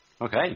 Okay